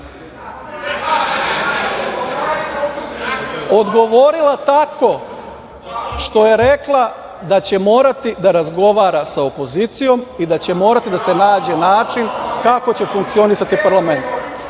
odgovorila tako što je rekla da će morati da razgovara sa opozicijom i da će morati da se nađe način kako će funkcionisati parlament. To